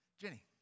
Jenny